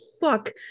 fuck